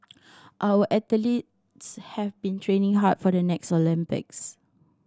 our athletes have been training hard for the next Olympics